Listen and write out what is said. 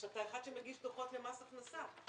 ואחד שמגיש דוחות למס הכנסה.